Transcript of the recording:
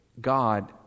God